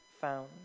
found